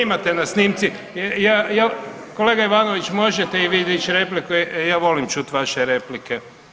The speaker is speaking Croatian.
Imate na snimci, ja, ja, kolega Ivanović možete i vi dići replike, ja volim čuti vaše replike.